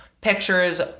pictures